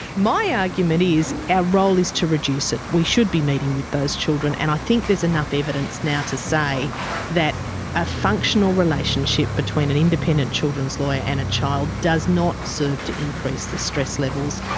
my argument is our role is to reduce it. we should be meeting with those children, and i think there's enough evidence now to say that a functional relationship between an independent children's lawyer and child does not serve to increase the stress levels.